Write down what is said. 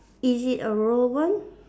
is it a raw one